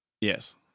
Yes